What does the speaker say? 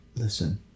listen